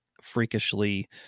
freakishly